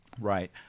Right